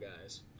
guys